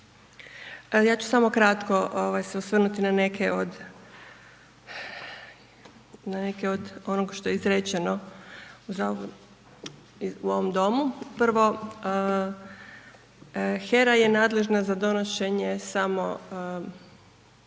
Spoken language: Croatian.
ja ću samo kratko se osvrnuti na neke od onog što je izrečeno u ovom domu. Prvo, HERA je nadležna za donošenje samo